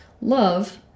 Love